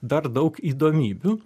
dar daug įdomybių